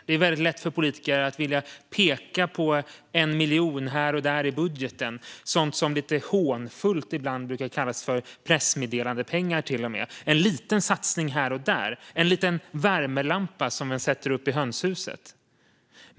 Det är lätt att peka på 1 miljon här eller där i budgeten - sådant som ibland lite hånfullt brukar kallas för pressmeddelandepengar. Det är små satsningar här och där - en liten värmelampa som man sätter upp i hönshuset.